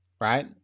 right